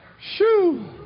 Shoo